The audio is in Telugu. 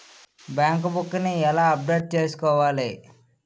బ్యాంక్ బుక్ నీ ఎలా అప్డేట్ చేసుకోవాలి?